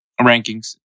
rankings